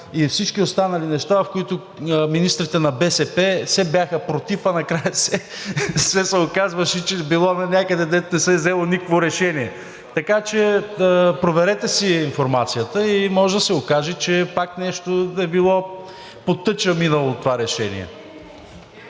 и всички останали неща, в които министрите на БСП все бяха против, а накрая все се оказваше, че било някъде, където не се е взело никакво решение. Така че проверете си информацията и може да се окаже, че пак нещо по тъча е минало това решение.